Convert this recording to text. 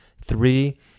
three